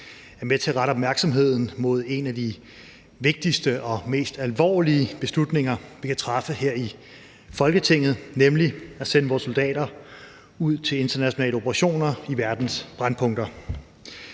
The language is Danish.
er med til at rette opmærksomheden mod en af de vigtigste og mest alvorlige beslutninger, vi kan træffe her i Folketinget, nemlig at sende vores soldater ud til internationale operationer i verdens brændpunkter.